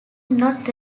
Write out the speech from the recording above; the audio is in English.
not